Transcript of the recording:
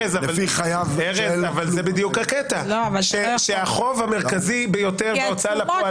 זה בדיוק הקטע החוב המרכזי ביותר בהוצאה לפועל